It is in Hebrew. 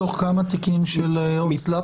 מתוך כמה תיקים של הוצאה לפועל?